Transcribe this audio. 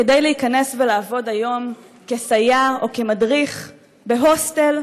כדי להיכנס ולעבוד היום כסייר או כמדריך בהוסטל,